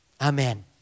Amen